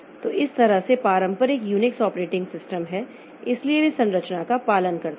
तो इस तरह से पारंपरिक यूनिक्स ऑपरेटिंग सिस्टम है इसलिए वे संरचना का पालन करते हैं